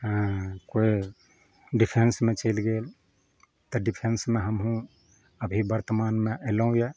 हँ केओ डिफेन्समे चलि गेल तऽ डिफेन्समे हमहूँ अभी बर्तमानमे एलहुँ यऽ